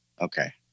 Okay